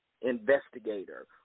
investigator